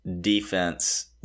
defense